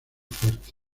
fuerte